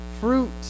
fruit